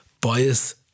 bias